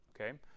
okay